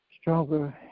stronger